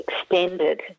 extended